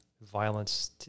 Violence